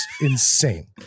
insane